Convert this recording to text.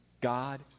God